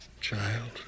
Child